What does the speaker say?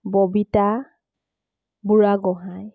Babita Burhagohain